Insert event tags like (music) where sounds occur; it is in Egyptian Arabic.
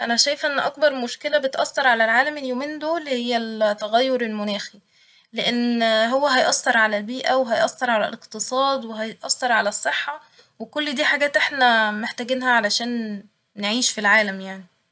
أنا شايفه إن أكبر مشكلة بتأثر على العالم اليومين دول هي ال (hesitation) التغير المناخي ، لإن (hesitation) هو هيأثر على البيئة وهيأثر على الاقتصاد وهيأثر على الصحة وكل دي حاجات احنا محتاجينها عشان نعيش في العالم يعني